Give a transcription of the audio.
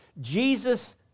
Jesus